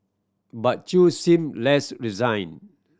but Chew seemed less resigned